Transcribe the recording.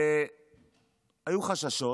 היו חששות,